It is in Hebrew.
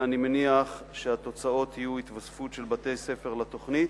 אני מניח שהתוצאות יהיו התווספות של בתי-ספר לתוכנית,